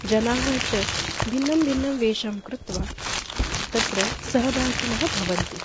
जनाः च भिन्नं भिन्नं वेषं कृत्वा तत्र सहभागिनः भवन्ति